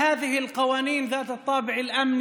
אם החוקים האלה בעלי האופי הביטחוני